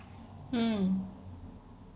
mm